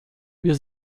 wir